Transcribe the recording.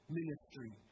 ministry